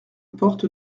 porte